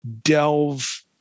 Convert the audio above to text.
delve